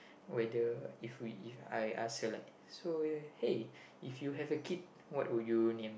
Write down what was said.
whether if we If I ask her like so hey if you have a kid what would you name